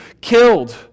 killed